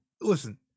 listen